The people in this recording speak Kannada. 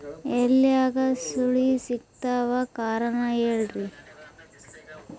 ಎಲ್ಯಾಗ ಸುಳಿ ಯಾಕಾತ್ತಾವ ಕಾರಣ ಹೇಳ್ರಿ?